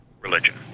religion